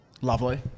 Lovely